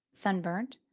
sunburnt,